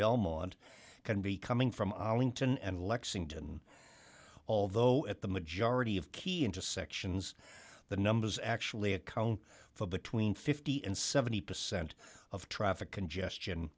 belmont can be coming from our winton and lexington although at the majority of key into sections the numbers actually account for between fifty and seventy percent of traffic congestion